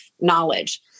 knowledge